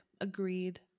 Agreed